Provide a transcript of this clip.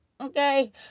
okay